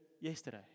yesterday